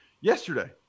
yesterday